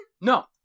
No